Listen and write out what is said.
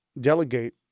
delegate